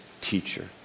teacher